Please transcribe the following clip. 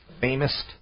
famous